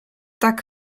tak